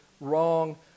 wrong